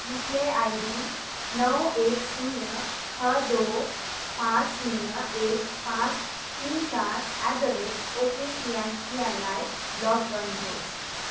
UPI ID नौ एक शून्य छ दो पाँच शून्य एक पाँच तिन चार एट द रेट ओके सिआइसिआइलाई ब्लक गर्नुहोस्